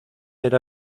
era